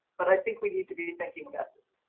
but i think we need to be thinking about this.